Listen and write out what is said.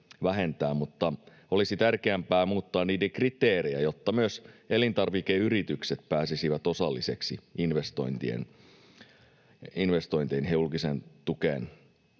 olisi tärkeämpää muuttaa niiden kriteerejä, jotta myös elintarvikeyritykset pääsisivät osalliseksi investointien julkisesta tuesta.